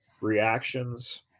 reactions